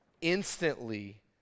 instantly